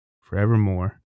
forevermore